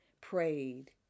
prayed